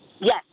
Yes